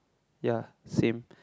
ya same